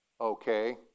Okay